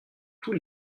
tous